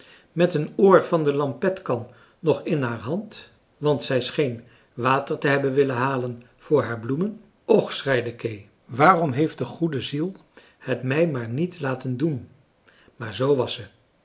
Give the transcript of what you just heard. met een oor van de lampetkan nog in haar hand want zij scheen water te hebben willen halen voor haar bloemen och schreide kee waarom heeft de goeie ziel het mij maar niet laten doen maar z was